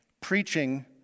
preaching